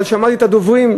אבל שמעתי את הדוברים,